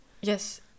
Yes